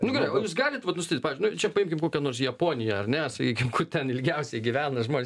nu gerai o jūs galit vat nustatyt pavyzdžiui nu čia paimkim kokią nors japoniją ar ne sakykim kur ten ilgiausiai gyvena žmonės